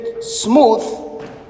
smooth